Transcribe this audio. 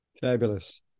Fabulous